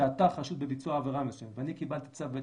שאתה חשוד בביצוע עבירה מסוימת ואני קיבלתי צו מבית